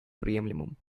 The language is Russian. приемлемым